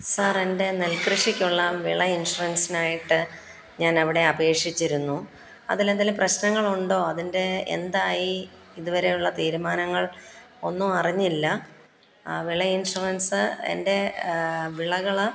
sir എൻ്റെ നെൽ കൃഷിക്കുള്ള വിള ഇൻഷുറൻസിനായിട്ട് ഞാൻ അവിടെ അപേക്ഷിച്ചിരുന്നു അതിൽ എന്തെങ്കിലും പ്രശ്നങ്ങളുണ്ടോ അതിൻ്റെ എന്തായി ഇതു വരെയുള്ള തീരുമാനങ്ങൾ ഒന്നും അറിഞ്ഞില്ല ആ വിള ഇൻഷുറൻസ് എൻ്റെ വിളകൾ